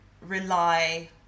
rely